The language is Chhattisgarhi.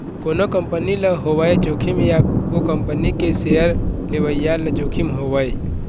कोनो कंपनी ल होवय जोखिम या ओ कंपनी के सेयर लेवइया ल जोखिम होवय